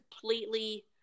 completely